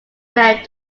married